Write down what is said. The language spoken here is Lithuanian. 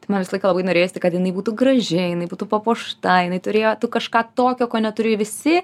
tai man visą laiką labai norėjosi kad jinai būtų graži jinai būtų papuošta jinai turėjo kažką tokio ko neturi visi